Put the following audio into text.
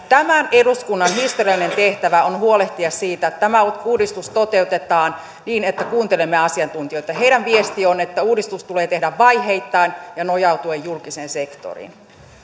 tämän eduskunnan historiallinen tehtävä on huolehtia siitä että tämä uudistus toteutetaan niin että kuuntelemme asiantuntijoita heidän viestinsä on että uudistus tulee tehdä vaiheittain ja nojautuen julkiseen sektoriin